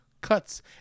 cuts